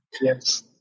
Yes